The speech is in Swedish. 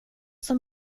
som